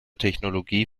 technologie